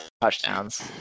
touchdowns